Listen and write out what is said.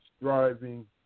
striving